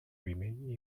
remain